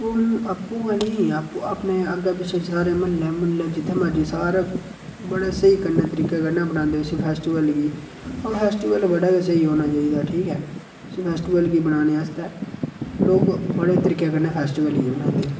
आपूं आपूं गै निं आपूं अपने अग्गै पिच्छै सारे म्हल्ले मुल्लै जित्थै मर्जी सारै बड़े स्हेई कन्नै तरीके कन्नै बनांदे उस फैस्टीवल गी ओह् फैस्टीवल बड़ा गै स्हेई होना चाहिदा ऐ ठीक ऐ उसी फैस्टीवल गी बनाने आस्तै लोक बड़े तरीके कन्नै फैस्टीवल गी बनांदे